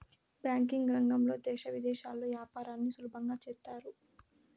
banking రంగంలో దేశ విదేశాల్లో యాపారాన్ని సులభంగా చేత్తారు